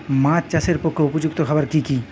মাছ চাষের পক্ষে উপযুক্ত খাবার কি কি?